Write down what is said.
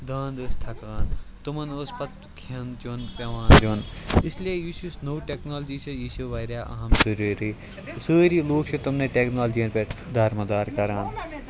دانٛد ٲسۍ تھکان تِمَن اوس پَتہٕ کھیٚن چیٚون پیٚوان دیٛن اِس لیے یُس یُس نٔو ٹیٚٚکنالوجی چھِ یہِ چھِ واریاہ اَہم ضروٗری سٲری لوٗکھ چھِ تِمنٕے ٹیٚکنالوجِیَن پٮ۪ٹھ دارومدار کَران